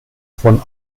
von